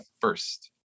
First